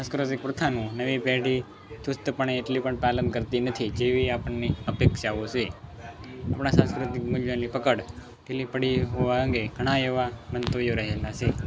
આજકાલ જે પ્રથાઓનું નવી પેઢી ચુસ્તપણે એટલી પણ પાલન કરતી નથી જેવી આપણને અપેક્ષાઓ છે આપણાં શાસ્ત્રો પરની પકડ ઢીલી પડી હોવા અંગે ઘણા એવાં મંતવ્યો રહેલાં છે